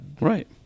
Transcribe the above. Right